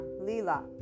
Lila